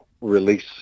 release